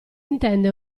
intende